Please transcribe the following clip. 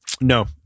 No